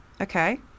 Okay